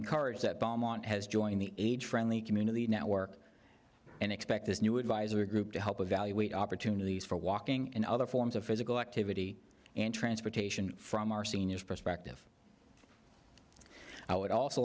that belmont has joined the aid friendly community network and expect this new advisory group to help evaluate opportunities for walking and other forms of physical activity and transportation from our seniors perspective i would also